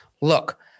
Look